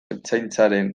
ertzaintzaren